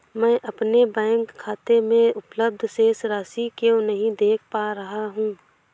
मैं अपने बैंक खाते में उपलब्ध शेष राशि क्यो नहीं देख पा रहा हूँ?